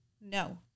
No